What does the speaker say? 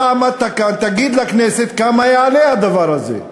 אתה עמדת כאן, תגיד לכנסת כמה יעלה הדבר הזה.